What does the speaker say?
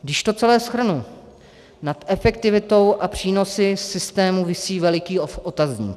Když to celé shrnu, nad efektivitou a přínosy systému visí veliký otazník.